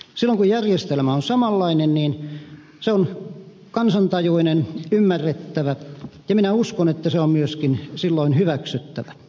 silloin kun järjestelmä on samanlainen se on kansantajuinen ymmärrettävä ja minä uskon että se on silloin myöskin hyväksyttävä